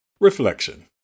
Reflection